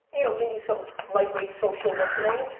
you know, maybe some lightweight social listening,